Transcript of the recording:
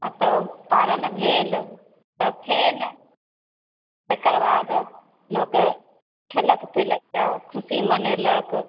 आ तब पारण भेल तब फेर तकर बाद लोक खेलक पीलक आ खुशी मनेलक